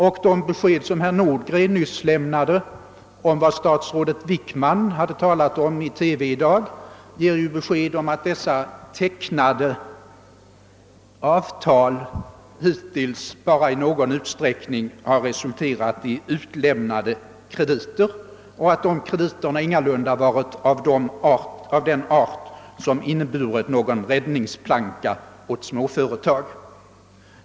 Och det besked som herr Nordgren nyss lämnade om vad statsrådet Wickman i dag yttrat i TV klargör att dessa tecknade avtal hittills bara i någon utsträckning har resulterat i utlämnade krediter och att dessa krediter ingalunda varit av den art att de inneburit en räddningsplanka åt småföretag.